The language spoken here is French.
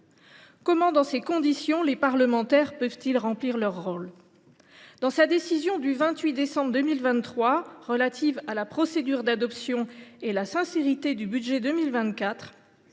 d’euros. Dans ces conditions, comment les parlementaires peuvent ils remplir leur rôle ? Dans sa décision du 28 décembre 2023, relative à la procédure d’adoption et à la sincérité du budget 2024,